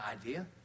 idea